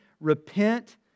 Repent